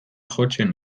jotzen